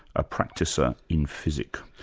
a practiser in physick.